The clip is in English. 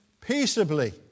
peaceably